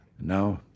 Now